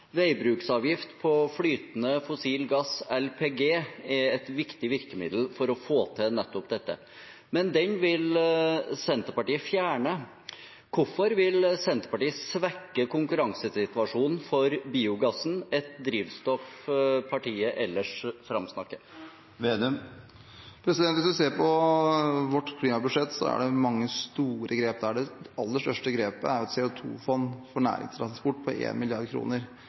Veibruksavgift på flytende fossil gass, LPG, er et viktig virkemiddel for å få til nettopp dette, men den vil Senterpartiet fjerne. Hvorfor vil Senterpartiet svekke konkurransesituasjonen for biogassen, et drivstoff partiet ellers framsnakker? Hvis en ser på vårt klimabudsjett, så er det mange store grep der. Det aller største grepet er et CO 2 -fond for næringstransport på